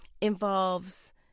involves